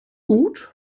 gut